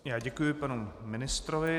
Já děkuji panu ministrovi.